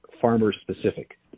farmer-specific